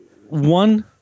One